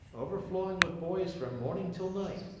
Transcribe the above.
overflowing with boys from morning till night,